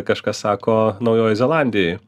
kažkas sako naujoj zelandijoj